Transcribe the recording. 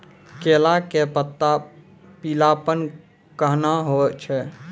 केला के पत्ता पीलापन कहना हो छै?